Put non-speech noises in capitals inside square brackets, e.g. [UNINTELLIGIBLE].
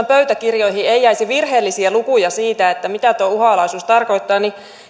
[UNINTELLIGIBLE] pöytäkirjoihin ei jäisi virheellisiä lukuja siitä mitä tuo uhanalaisuus tarkoittaa niin